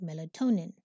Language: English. melatonin